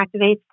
activates